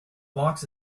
box